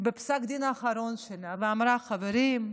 בפסק הדין האחרון שלה, ואמרה: חברים,